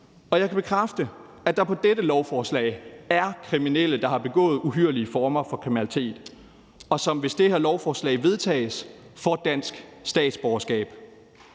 Og jeg kan bekræfte, at der på dette lovforslag er kriminelle, der har begået uhyrlige former for kriminalitet, og som, hvis det her lovforslag vedtages, får dansk statsborgerskab.